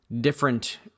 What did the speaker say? Different